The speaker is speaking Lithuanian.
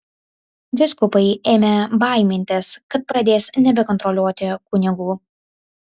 vyskupai ėmė baimintis kad pradės nebekontroliuoti kunigų